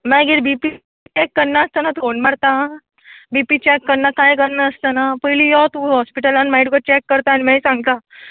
मागीर B P check करनास्तना phone मारता बी चॅक करना कांय करनास्तना पयली यो तूं हॉस्पिटलान मागी तुका चॅक करता आनी मागीर सांगता